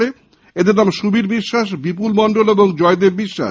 ধৃতদের নাম সুবীর বিশ্বাস বিপুল মন্ডল ও জয়দেব বিশ্বাস